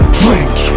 drink